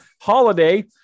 Holiday